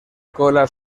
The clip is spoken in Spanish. cola